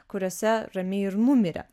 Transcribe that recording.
kuriose ramiai ir numirė